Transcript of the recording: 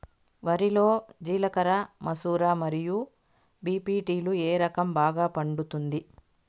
వరి లో జిలకర మసూర మరియు బీ.పీ.టీ లు ఏ రకం బాగా పండుతుంది